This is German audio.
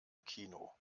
kino